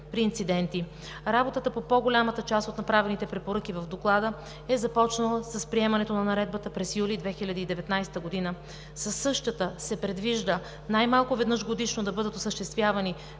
при инциденти. Работата по по-голямата част от направените препоръки в Доклада е започнала с приемането на Наредбата през месец юли 2019 г. Със същата се предвижда най-малко веднъж годишно да бъдат осъществявани